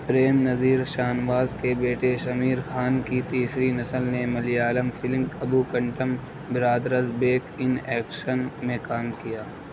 پریم نذیر شاہ نواز کے بیٹے شمیر خان کی تیسری نسل نے ملیالم فلم اپوکنڈم برادرز بیک ان ایکشن میں کام کیا